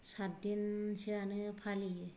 सात दिनसोयानो फालियो